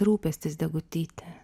rūpestis degutyte